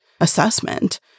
assessment